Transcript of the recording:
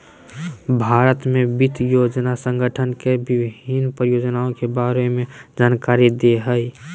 भारत में वित्त योजना संगठन के विभिन्न परियोजना के बारे में जानकारी दे हइ